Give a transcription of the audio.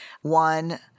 one –